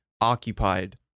occupied